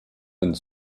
and